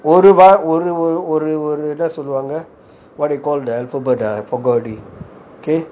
ஒருவார்த்தைஒருஒருஎன்னசொல்வாங்க:oru vartha oru oru enna solvanga what they call the alphabet I forget it okay